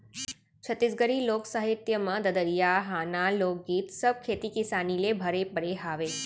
छत्तीसगढ़ी लोक साहित्य म ददरिया, हाना, लोकगीत सब खेती किसानी ले भरे पड़े हावय